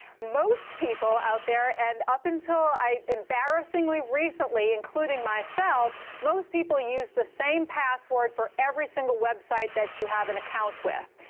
most people out there and up until embarrassingly recently, including myself. most people use the same password for every single website that you have an account with.